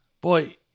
Boy